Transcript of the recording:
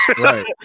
right